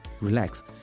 relax